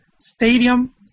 stadium